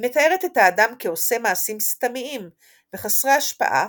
היא מתארת את האדם כעושה מעשים סתמיים וחסרי השפעה,